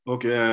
Okay